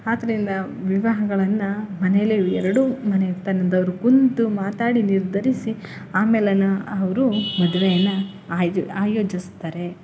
ಆದ್ದರಿಂದ ವಿವಾಹಗಳನ್ನು ಮನೆಯಲ್ಲೇ ಎರಡು ಮನೆತನದವರು ಕೂತು ಮಾತಾಡಿ ನಿರ್ಧರಿಸಿ ಆಮೇಲೆ ಅವರು ಮದ್ವೆಯನ್ನ ಆಯೋಜಿಸ್ತಾರೆ